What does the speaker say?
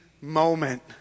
moment